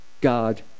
God